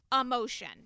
emotion